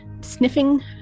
sniffing